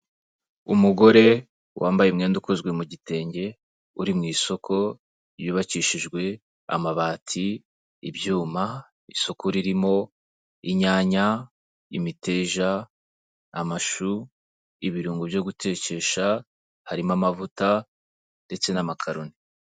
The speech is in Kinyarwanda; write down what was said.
Umugore wambaye umwenda ukozwe mu gitenge, uri mu isoko yubakishijwe amabati, ibyuma, isoko ririmo inyanya, imiteja, amashu, ibirungo byo gutekesha harimo amavuta ndetse n'amakaroni.